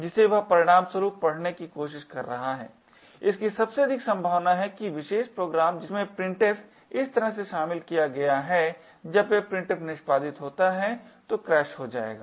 जिसे वह परिणामस्वरूप पढ़ने की कोशिश कर रहा है इसकी सबसे अधिक संभावना है कि विशेष प्रोग्राम जिसमें printf इस तरह से शामिल किया गया है जब यह printf निष्पादित होता है तो क्रैश हो जाएगा